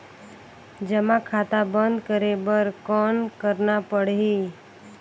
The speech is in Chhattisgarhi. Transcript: जमा खाता बंद करे बर कौन करना पड़ही?